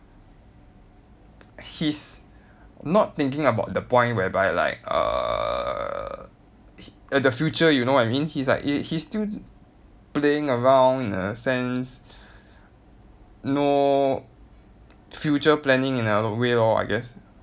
he's not thinking about the point whereby like err the future you know what I mean he's like he he's still playing around in a sense no future planning in another way lor I guess